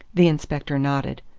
the inspector nodded.